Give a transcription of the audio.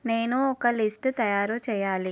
నేను ఒక లిస్ట్ తయారు చెయ్యాలి